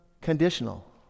conditional